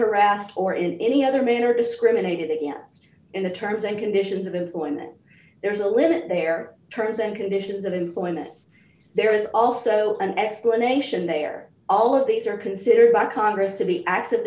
harassed or in any other manner discriminated against and the terms and conditions of employment there is a limit their terms and conditions of employment there is also an explanation they are all these are considered by congress to be act